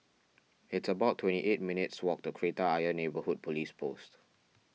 it's about twenty eight minutes' walk to Kreta Ayer Neighbourhood Police Post